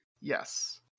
yes